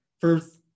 first